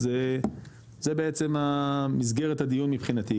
אז זה בעצם המסגרת הדיון מבחינתי,